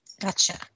Gotcha